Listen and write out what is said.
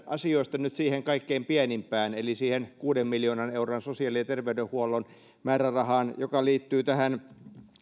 asioista nyt siihen kaikkein pienimpään eli siihen kuuden miljoonan euron sosiaali ja terveydenhuollon määrärahaan joka liittyy tähän